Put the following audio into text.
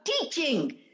teaching